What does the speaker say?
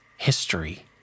History